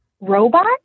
robot